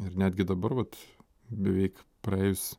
ir netgi dabar vat beveik praėjus